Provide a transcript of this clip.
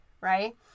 right